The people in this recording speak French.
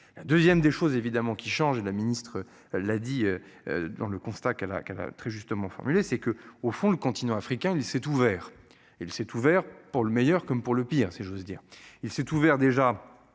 saisir 2ème des choses évidemment qui change, et la ministre l'a dit. Dans le constat qu'elle a qu'elle a très justement formulé c'est que au fond le continent africain. Il s'est ouvert. Il s'est ouvert pour le meilleur comme pour le pire, si j'ose dire. Il s'est ouvert déjà.